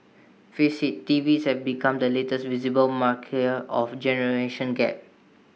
face IT T Vs have become the latest visible marker of generation gap